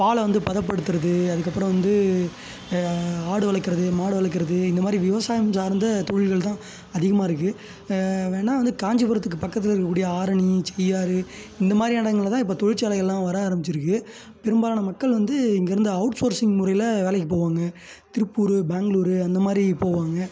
பாலை வந்து பதப்படுத்துவது அதுக்கப்புறம் வந்து ஆடு வளர்க்குறது மாடு வளர்க்குறது இந்த மாதிரி விவசாயம் சார்ந்த தொழில்கள் தான் அதிகமாக இருக்குது வேணால் வந்து காஞ்சிபுரத்துக்கு பக்கத்தில் இருக்கக்கூடிய ஆரணி செய்யாறு இந்த மாதிரி இடங்கள்ல தான் இப்போ தொழிற்சாலைகளெலாம் வர ஆரமிச்சுருக்கு பெரும்பாலான மக்கள் வந்து இங்கேருந்து அவுட்சோர்ஸிங் முறையில் வேலைக்கு போவாங்க திருப்பூரு பேங்க்ளூரு அந்த மாதிரி போவாங்க